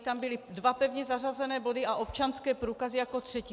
Tam byly dva pevně zařazené body a občanské průkazy jako třetí.